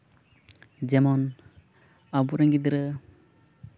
ᱡᱮᱢᱚᱱ ᱟᱵᱚᱨᱮᱱ ᱜᱤᱫᱽᱨᱟᱹ